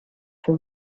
for